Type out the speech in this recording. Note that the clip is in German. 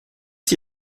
sie